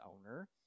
owner